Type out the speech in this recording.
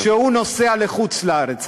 כשהוא נוסע לחוץ-לארץ,